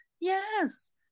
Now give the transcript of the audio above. yes